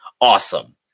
awesome